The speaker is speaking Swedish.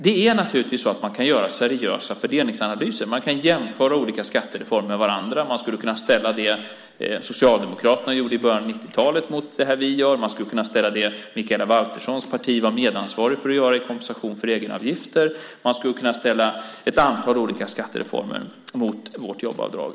Man kan naturligtvis göra seriösa fördelningsanalyser. Man kan jämföra olika skattereformer med varandra. Man skulle kunna ställa det Socialdemokraterna gjorde i början av 90-talet mot det vi gör. Man skulle kunna ställa det Mikaela Valterssons parti var medansvarigt för att göra i kompensation för egenavgifter och ett antal olika skattereformer mot vårt jobbavdrag.